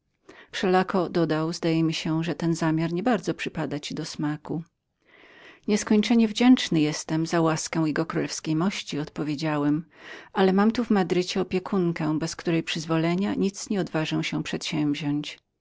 zastąpić wszelako dodał toledo zdaje mi się że ten zamiar nie bardzo przypada ci do smaku nieskończenie wdzięczen jestem za łaskę jkmości i waszą seor odpowiedziałem ale mam tu w madrycie opiekunkę bez której rady nic nie odważę się przedsięwziąść